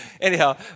anyhow